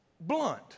Blunt